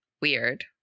Weird